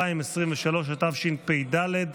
2023 התשפ"ד.